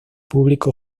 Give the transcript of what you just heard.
público